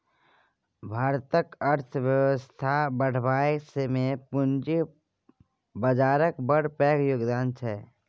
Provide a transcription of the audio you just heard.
भारतक अर्थबेबस्था बढ़ाबइ मे पूंजी बजारक बड़ पैघ योगदान छै